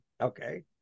Okay